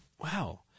Wow